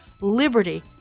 liberty